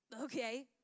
Okay